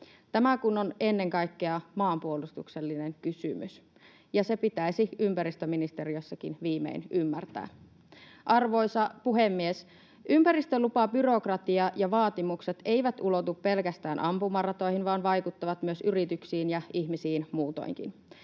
tämä kun on ennen kaikkea maanpuolustuksellinen kysymys, ja se pitäisi ympäristöministeriössäkin viimein ymmärtää. Arvoisa puhemies! Ympäristölupabyrokratia ja ‑vaatimukset eivät ulotu pelkästään ampumaratoihin vaan vaikuttavat myös yrityksiin ja ihmisiin muutoinkin.